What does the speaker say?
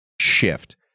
shift